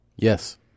Yes